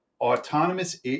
autonomous